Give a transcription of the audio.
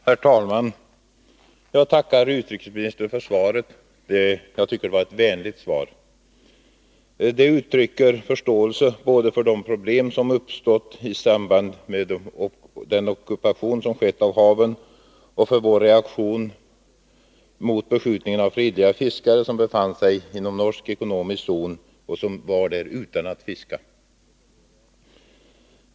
Herr talman! Jag tackar utrikesministern för svaret. Jag tycker att det var ett vänligt svar. Det uttrycker förståelse både för de problem som uppstått genom ockupationen av haven och för vår reaktion mot beskjutningen av fredliga fiskare som, utan att fiska, befann sig inom norsk ekonomisk zon.